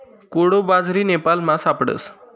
कोडो बाजरी नेपालमा सापडस